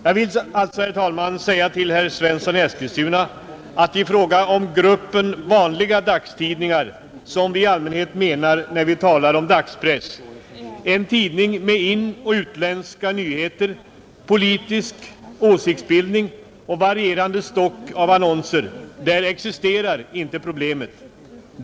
Jag vill alltså säga till herr Svensson i Eskilstuna att i fråga om gruppen vanliga dagstidningar som vi i allmänhet avser när vi talar om dagspress — tidningar med inoch utländska nyheter, politisk åsiktsbildning och varierande stock av annonser — existerar inte problemet.